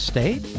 State